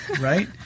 right